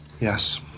Yes